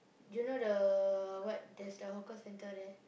you know the what there's the hawker-centre there